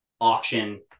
auction